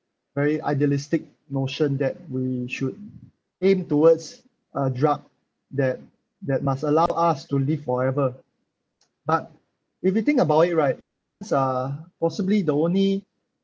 very idealistic notion that we should aim towards a drug that that must allow us to live forever but if you think about it right it's uh possibly the only